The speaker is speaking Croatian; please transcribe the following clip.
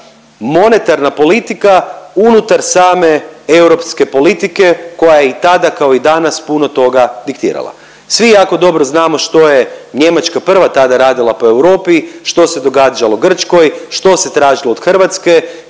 monetarna politika unutar same europske politike koja je i tada kao i danas puno toga diktirala. Svi jako dobro znamo što je Njemačka prva tada radila po Europi, što se događalo Grčkoj, što se tražilo od Hrvatske,